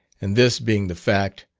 and this being the fact,